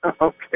Okay